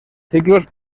ciclos